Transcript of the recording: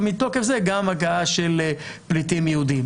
ומתוקף זה גם הגעה של פליטים יהודים.